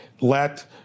let